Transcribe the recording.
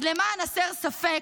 אז למען הסר ספק,